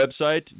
website